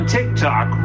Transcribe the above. TikTok